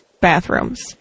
bathrooms